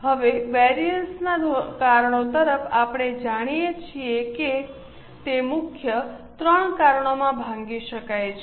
હવે વિવિધતાના કારણો તરફ આપણે જાણીએ છીએ કે તે 3 મુખ્ય કારણોમાં ભાંગી શકાય છે